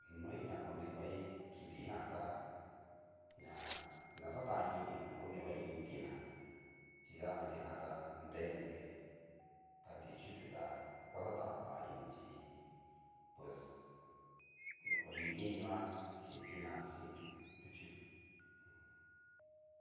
Noi ña konrivai kitijanta, ña xatanini konrivai iin tina chi kana kitijan tá nreti vée, ta ti'chutu tava xatan vaini chí. pues oduini nguan chín tinajan xhín ti'chutu.